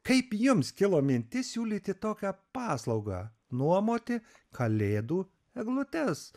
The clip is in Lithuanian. kaip jums kilo mintis siūlyti tokią paslaugą nuomoti kalėdų eglutes